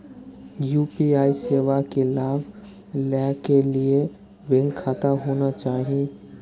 UPI सेवा के लाभ लै के लिए बैंक खाता होना चाहि?